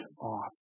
off